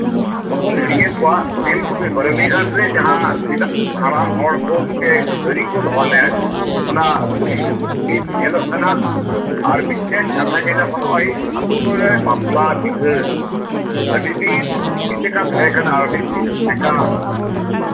ᱟᱵᱚ ᱵᱚᱱ ᱦᱤᱲᱤᱧᱮᱜ ᱠᱚᱣᱟ ᱛᱮᱞᱠᱚᱯᱤ ᱵᱟᱨᱱᱤ ᱜᱷᱟᱴᱨᱮ ᱡᱟᱸᱦᱟ ᱥᱮᱫᱟᱭ ᱦᱟᱲᱟᱢ ᱦᱚᱲ ᱠᱚ ᱢᱤᱫᱴᱮᱡ ᱟᱹᱨᱤ ᱠᱚ ᱫᱚᱦᱚ ᱞᱮᱫ ᱚᱱᱟ ᱵᱟᱹᱲᱤᱡ ᱫᱤᱠ ᱧᱮᱞᱚᱜ ᱠᱟᱱᱟ ᱟᱨ ᱢᱤᱫᱴᱮᱱ ᱠᱟᱛᱷᱟᱧ ᱞᱟᱹᱭᱫᱟ ᱱᱚᱜ ᱚᱭ ᱟᱹᱛᱩᱨᱮ ᱵᱟᱯᱞᱟ ᱵᱤᱦᱟᱹ ᱟᱹᱰᱤ ᱫᱤᱱ ᱪᱮᱫ ᱞᱮᱠᱟ ᱛᱟᱸᱦᱮ ᱠᱟᱱᱟ ᱪᱮᱫ ᱞᱮᱠᱟ